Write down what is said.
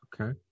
Okay